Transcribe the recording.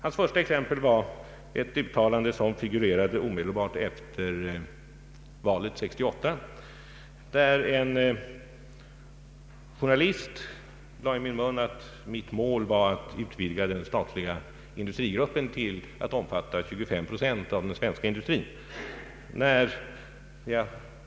Hans första exempel var ett uttalande som figurerade omedelbart efter valet 1968, där en journalist lade i min mun att mitt mål var att utvidga den statliga industrigruppen till att omfatta 25 procent av den svenska industrin.